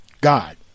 God